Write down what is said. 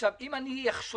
עכשיו, אם אני אחשוד